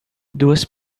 duas